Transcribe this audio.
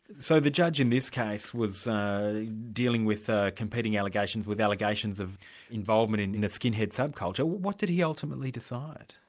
so the judge in this case was dealing with ah competing allegations, with allegations of involvement in in a skinhead sub-culture what did he ultimately decide?